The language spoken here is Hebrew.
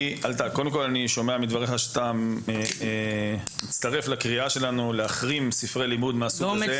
אני שומע מדבריך שאתה מצטרף לקריאה שלנו להחרים ספרי לימוד מהסוג הזה.